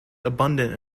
abundant